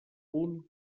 punt